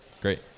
great